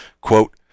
Quote